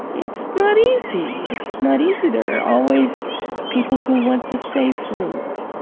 it's not easy. it's not easy. there are always people who want the safe route,